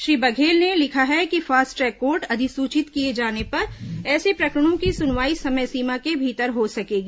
श्री बघेल ने लिखा है कि फास्ट ट्रैक कोर्ट अधिसूचित किए जाने पर ऐसे प्रकरणों की सुनवाई समय सीमा के भीतर हो सकेगी